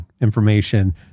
information